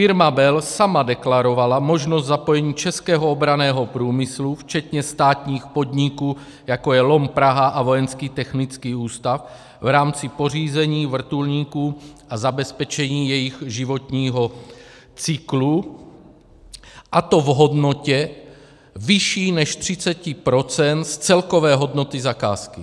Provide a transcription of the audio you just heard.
Firma Bell sama deklarovala možnost zapojení českého obranného průmyslu včetně státních podniků, jako je LOM Praha a Vojenský technický ústav v rámci pořízení vrtulníků a zabezpečení jejich životního cyklu, a to v hodnotě vyšší než 30 % z celkové hodnoty zakázky.